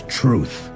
truth